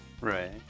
Right